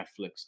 Netflix